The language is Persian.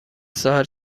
ساحل